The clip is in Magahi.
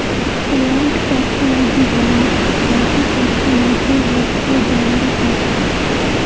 प्लांट पैथोलॉजी जहाक फाइटोपैथोलॉजीर रूपतो जानाल जाछेक